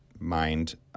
mind